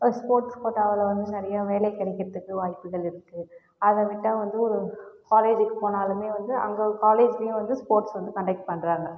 ஒரு ஸ்போர்ட்ஸ் கோட்டால் வந்து நிறைய வேலை கிடைக்கிறதுக்கு வாய்ப்புகள் இருக்கு அதை விட்டால் வந்து ஒரு காலேஜ்ஜுக்கு போனாலுமே வந்து அங்கே காலேஜ்லையும் வந்து ஸ்போர்ட்ஸ் வந்து கண்டெக்ட் பண்ணுறாங்க